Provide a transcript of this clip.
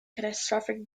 catastrophic